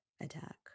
attack